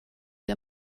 der